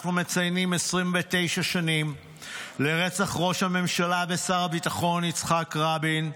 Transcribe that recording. אנחנו מציינים 29 שנים לרצח ראש הממשלה ושר הביטחון יצחק רבין,